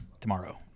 tomorrow